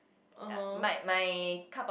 ah [huh]